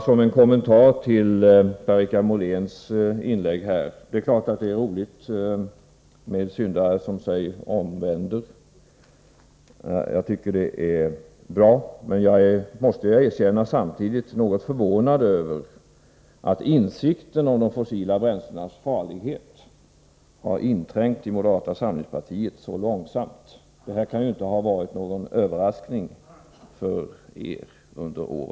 Som en kommentar till Per-Richard Moléns inlägg vill jag säga att det är roligt med syndare som sig omvänder. Jag tycker att det är bra. Men jag måste erkänna att jag samtidigt är något förvånad över att insikten om de fossila bränslenas farlighet har trängt in så långsamt i moderata samlingspartiet. Riskerna kan inte ha varit en överraskning för er.